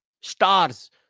stars